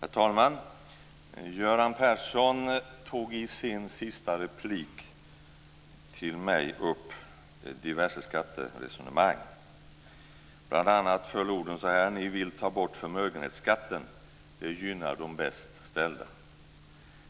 Herr talman! Göran Persson tog i sin sista replik till mig upp diverse skatteresonemang. Bl.a. föll orden så här: Ni vill ta bort förmögenhetsskatten. Det gynnar de bäst ställda.